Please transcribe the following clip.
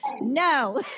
no